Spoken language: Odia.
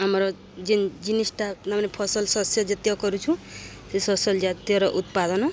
ଆମର ଯେନ୍ ଜିନିଷ୍ଟା ତାମାନେ ଫସଲ ଶସ୍ୟ ଜାତୀୟ କରୁଛୁ ସେ ଶସ୍ୟ ଜାତୀୟର ଉତ୍ପାଦନ